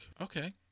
okay